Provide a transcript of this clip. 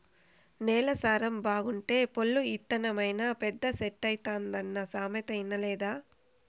నేల సారం బాగుంటే పొల్లు ఇత్తనమైనా పెద్ద చెట్టైతాదన్న సామెత ఇనలేదా